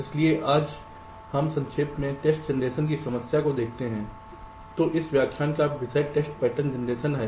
इसलिए आज हम संक्षेप में टेस्ट जनरेशन की समस्या को देखते हैं तो इस व्याख्यान का विषय टेस्ट पैटर्न जनरेशन है